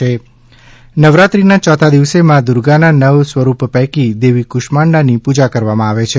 યોથું નોરતું નવરાત્રિના ચોથા દિવસે માઁ દુર્ગાના નવ સ્વરૂપ પૈકી દેવી કુષ્માંડાની પૂજા કરવામાં આવે છે